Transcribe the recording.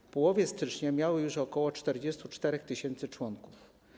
W połowie stycznia miały już ok. 44 tys. członków.